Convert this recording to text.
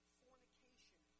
fornication